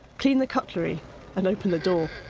clean the cutlery and open the door.